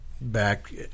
back